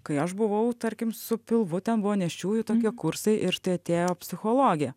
kai aš buvau tarkim su pilvu ten buvo nėščiųjų tokie kursai ir štai atėjo psichologė